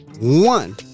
One